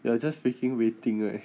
you are just speaking waiting right